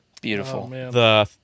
beautiful